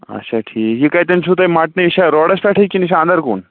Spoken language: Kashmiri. اَچھا ٹھیٖک یہِ کَتٮ۪ن چھُو تۄہہِ مَٹنہٕ یہِ چھا روڈَس پٮ۪ٹھٕے کِنہٕ یہِ چھُ اَندر کُن